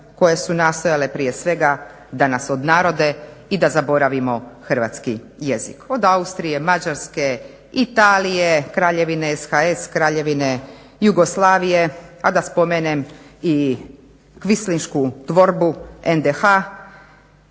koje su nastojale prije svega da nas odnarode i da zaboravimo hrvatski jezik, od Austrije, Mađarske, Italije, Kraljevine SHS, Kraljevine Jugoslavije, a da spomenem i kvinslišku tvorbu NDH